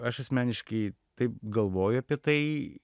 aš asmeniškai taip galvoju apie tai